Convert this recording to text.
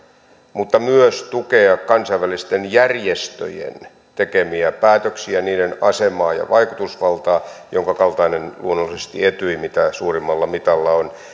mutta myös tukea kansainvälisten järjestöjen tekemiä päätöksiä niiden asemaa ja vaikutusvaltaa jonka kaltainen luonnollisesti etyj mitä suurimmalla mitalla on